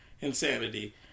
insanity